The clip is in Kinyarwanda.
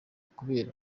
kubera